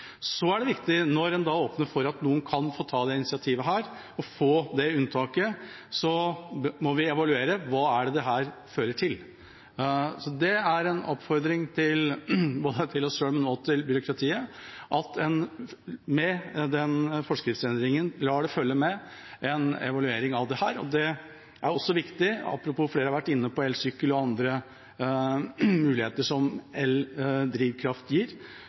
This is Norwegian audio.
Det er viktig, når en åpner for at noen kan ta slikt initiativ og få unntak, at vi evaluerer hva det fører til. Det er en oppfordring til både oss selv og byråkratiet at en med forskriftsendringen lar det følge med en evaluering av dette. Det er også viktig – apropos at flere har vært inne på elsykkel og andre muligheter som eldrivkraft gir